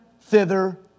thither